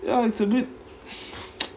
ya it's a bit